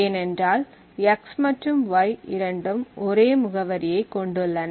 ஏனென்றால் x மற்றும் y இரண்டும் ஒரே முகவரியை கொண்டுள்ளன